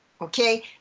okay